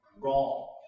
wrong